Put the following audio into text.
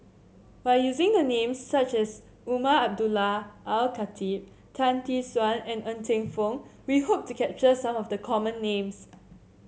by using a name such as Umar Abdullah Al Khatib Tan Tee Suan and Ng Teng Fong we hope to capture some of the common names